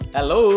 Hello